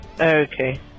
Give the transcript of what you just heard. Okay